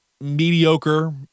mediocre